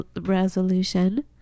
resolution